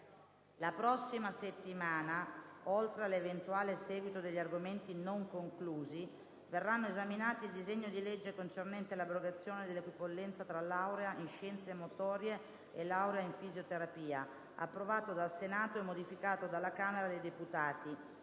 La prossima settimana, oltre all'eventuale seguito degli argomenti non conclusi, verranno esaminati il disegno di legge concernente l'abrogazione dell'equipollenza tra laurea in scienze motorie e laurea in fisioterapia, approvato dal Senato e modificato dalla Camera dei deputati,